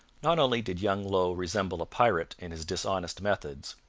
not only did young low resemble a pirate in his dishonest methods,